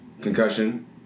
Concussion